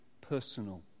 personal